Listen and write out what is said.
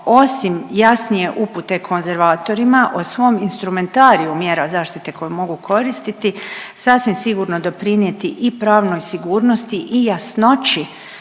osim jasnije upute konzervatorima, o svom instrumentariju mjera zaštite koje mogu koristiti sasvim sigurno doprinjeti i pravnoj sigurnosti i jasnoći